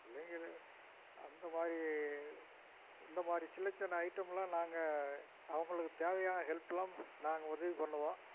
பிள்ளைங்கள அந்த மாதிரி இந்த மாதிரி சின்ன சின்ன ஐட்டமெலாம் நாங்கள் அவங்களுக்கு தேவையான ஹெல்ப்பெல்லாமே நாங்கள் உதவி பண்ணுவோம்